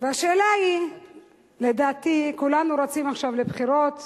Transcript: והשאלה היא, לדעתי, כולנו רצים עכשיו לבחירות.